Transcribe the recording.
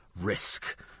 risk